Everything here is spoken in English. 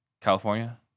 California